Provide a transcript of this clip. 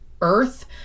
earth